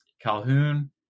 Calhoun